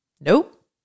Nope